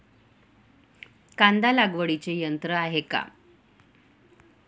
कांदा लागवडीचे यंत्र आहे का?